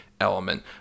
element